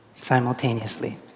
simultaneously